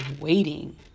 waiting